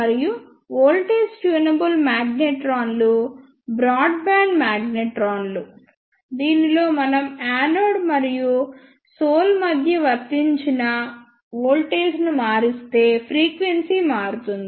మరియు voltage tunable మాగ్నెట్రాన్లు broadband మాగ్నెట్రాన్లు దీనిలో మనం యానోడ్ మరియు సోల్ మధ్య వర్తించిన వోల్టేజ్ను మారిస్తే ఫ్రీక్వెన్సీ మారుతుంది